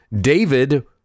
David